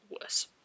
worse